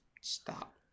stop